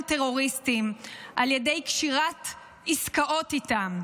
טרוריסטים על ידי קשירת עסקאות איתם.